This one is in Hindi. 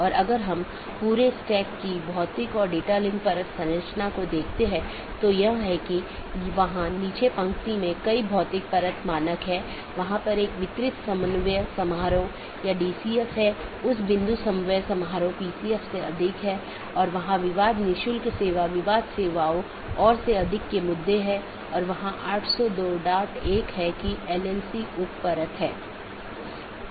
अब अगर हम BGP ट्रैफ़िक को देखते हैं तो आमतौर पर दो प्रकार के ट्रैफ़िक होते हैं एक है स्थानीय ट्रैफ़िक जोकि एक AS के भीतर ही होता है मतलब AS के भीतर ही शुरू होता है और भीतर ही समाप्त होता है